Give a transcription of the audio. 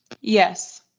Yes